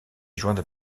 joints